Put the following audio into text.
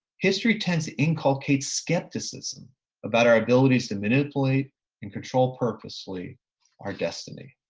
history tends to inculcate skepticism about our abilities to manipulate in control purposely our destiny.